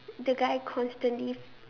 the guy constantly